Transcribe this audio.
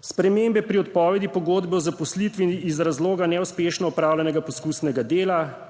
spremembe pri odpovedi pogodbe o zaposlitvi iz razloga neuspešno opravljenega poskusnega dela,